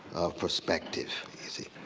of perspective, you see.